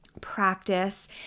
practice